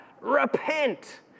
repent